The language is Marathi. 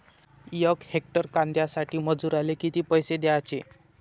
यक हेक्टर कांद्यासाठी मजूराले किती पैसे द्याचे?